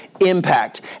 impact